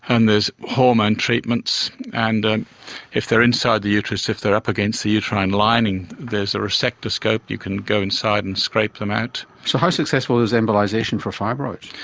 and there's hormone treatments. and ah if they are inside the uterus, if they are up against the uterine lining there's a resectoscope, you can go inside and scrape them out. so how successful is embolisation for fibroids?